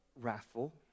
wrathful